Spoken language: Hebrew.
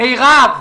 מרב,